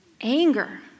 Anger